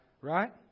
Right